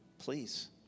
Please